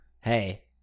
Hey